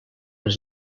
les